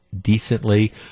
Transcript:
decently